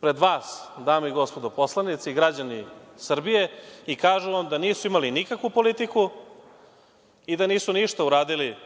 pred vas dame i gospodo narodni poslanici, građani Srbije i kažu vam da nisu imali nikakvu politiku i da nisu ništa uradili